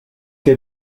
que